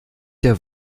der